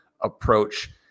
approach